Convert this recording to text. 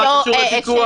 מה קשור לפיקוח?